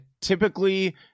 typically